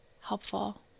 helpful